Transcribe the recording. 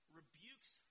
Rebukes